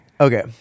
Okay